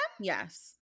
Yes